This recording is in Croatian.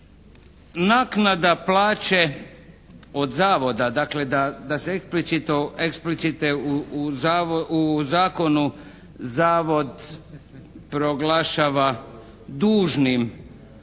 naknada plaće od Zavoda, dakle da se eksplicite u zakonu zavod proglašava dužnim